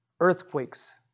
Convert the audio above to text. earthquakes